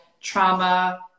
trauma